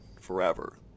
Forever